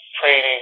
training